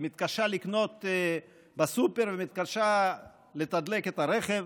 היא מתקשה לקנות בסופר ומתקשה לתדלק את הרכב,